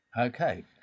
Okay